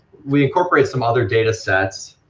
we incorporate some other data sets,